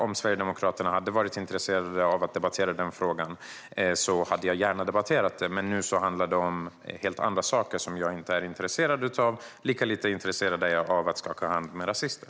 Om Sverigedemokraterna hade varit intresserade av att debattera den frågan skulle jag gärna ha debatterat den, men nu handlar det om helt andra saker som jag inte är intresserad av. Lika lite intresserad är jag av att skaka hand med rasister.